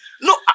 no